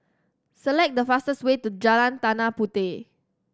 select the fastest way to Jalan Tanah Puteh